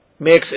Makes